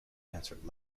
answered